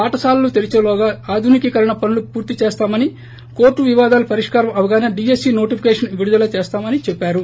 పాఠశాలలు తెరిచేలోగా ఆధునీకరణ పనులు పూర్తి చేస్తామని కోర్టు వివాదాలు పరిష్కారం అవగానే డిఎస్పీ నోటిఫికేషన్ విడుదల చేస్తామని చెప్పారు